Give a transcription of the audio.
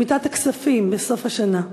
שמיטת הכספים בסוף השנה.